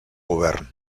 govern